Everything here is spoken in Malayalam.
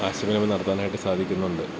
ആശയവിനിമയം നടത്താനായിട്ട് സാധിക്കുന്നുണ്ട്